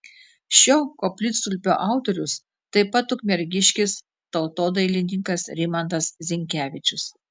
šio koplytstulpio autorius taip pat ukmergiškis tautodailininkas rimantas zinkevičius